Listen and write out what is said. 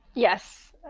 yes,